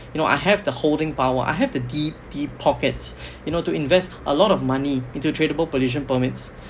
you know I have the holding power I have the deep deep pockets you know to invest a lot of money into tradable pollution permits